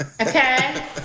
Okay